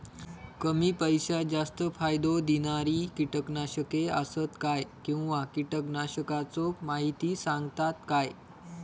कमी पैशात जास्त फायदो दिणारी किटकनाशके आसत काय किंवा कीटकनाशकाचो माहिती सांगतात काय?